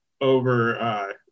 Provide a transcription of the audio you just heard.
over